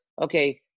okay